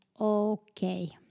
okay